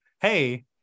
hey